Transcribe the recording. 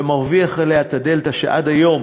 ומרוויח עליה את הדלתא שעד היום,